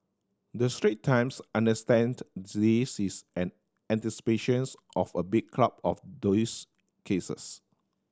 the Strait Times understand this is in anticipations of a big crowd of these cases